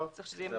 בסדר.